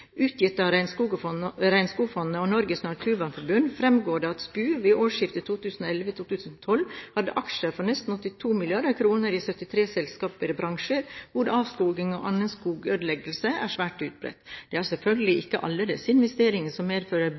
utgitt av Regnskogfondet og Norges Naturvernforbund, fremgår det at SPU ved årsskiftet 2011/2012 hadde aksjer for nesten 82 mrd. kr i 73 selskaper i bransjer hvor avskoging og annen skogødeleggelse er svært utbredt. Det er selvfølgelig ikke alle disse investeringene som medfører